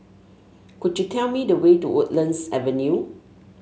could you tell me the way to Woodlands Avenue